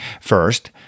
First